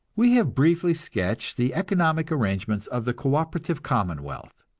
we have briefly sketched the economic arrangements of the co-operative commonwealth.